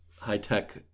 high-tech